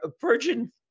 virgin